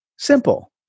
Simple